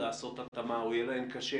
או יהיה להן קשה,